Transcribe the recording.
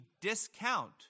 discount